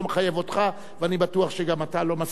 ואני בטוח שגם אתה לא מסכים עם הדברים האלה.